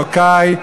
אלוקי,